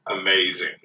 amazing